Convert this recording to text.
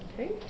Okay